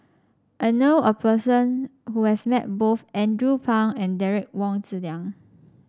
I know a person who has met both Andrew Phang and Derek Wong Zi Liang